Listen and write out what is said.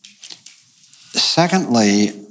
Secondly